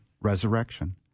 resurrection